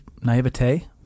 naivete